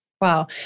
wow